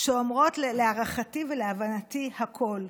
שאומרות להערכתי ולהבנתי הכול.